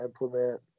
implement